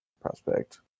prospect